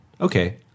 Okay